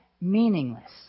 meaningless